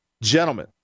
gentlemen